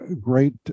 great